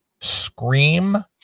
Scream